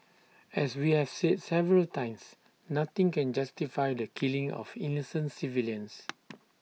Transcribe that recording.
as we have said several times nothing can justify the killing of innocent civilians